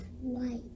white